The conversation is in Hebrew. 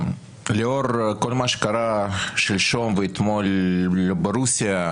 לאור כל מה שקרה שלשום ואתמול ברוסיה,